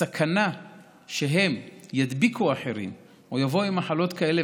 הסכנה שהם ידביקו אחרים או יבואו עם מחלות כאלה